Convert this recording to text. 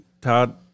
Todd